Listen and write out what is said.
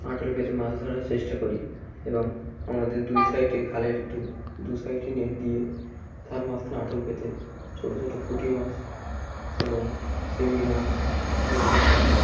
আটল পেতে মাছ ধরার চেষ্টা করি এবং আমাদের দুই সাইডে খালের দু দু সাইডে নেট দিয়ে তার মাঝখানে আটল পেতে ছোটো ছোটো পুঁটি মাছ এবং চিংড়ি মাছ এগুলো ধরা হয়